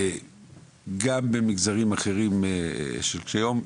גם במגזרים אחרים של קשיי יום,